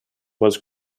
was